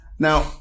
Now